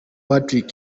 patrick